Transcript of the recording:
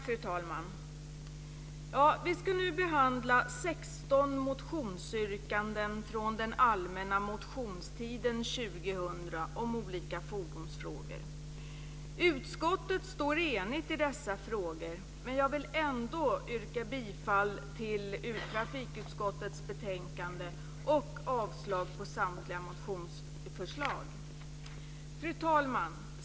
Fru talman! Vi ska nu behandla 16 motionsyrkanden från den allmänna motionstiden 2000 om olika fordonsfrågor. Utskottet står enigt i dessa frågor, men jag vill ändå yrka bifall till trafikutskottets betänkande och avslag på samtliga motionsförslag. Fru talman!